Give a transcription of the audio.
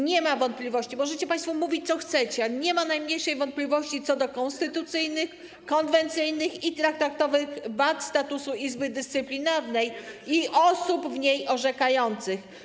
Nie ma wątpliwości - możecie państwo mówić, co chcecie - nie ma najmniejszej wątpliwości co do konstytucyjnych, konwencyjnych i traktatowych wad statusu Izby Dyscyplinarnej i osób w niej orzekających.